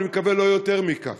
ואני מקווה שלא יותר מכך.